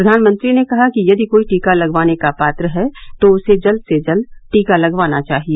प्रधानमंत्री ने कहा कि यदि कोई टीका लगवाने का पात्र है तो उसे जल्द से जल्द टीका लगवाना चाहिए